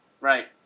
Right